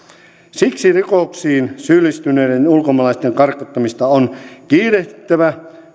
siksi rikoksiin syyllistyneiden ulkomaalaisten karkottamista on kiirehdittävä